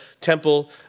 temple